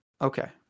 Okay